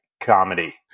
comedy